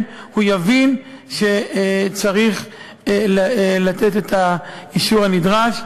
הוא יבין שצריך לתת את האישור הנדרש.